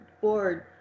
Board